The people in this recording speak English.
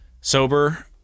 sober